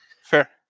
fair